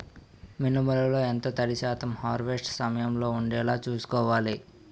మినుములు లో ఎంత తడి శాతం హార్వెస్ట్ సమయంలో వుండేలా చుస్కోవాలి?